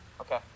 Okay